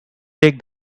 take